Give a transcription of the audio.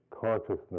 Consciousness